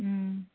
ꯎꯝ